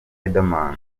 riderman